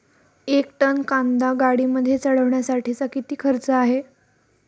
एक टन कांदा गाडीमध्ये चढवण्यासाठीचा किती खर्च आहे?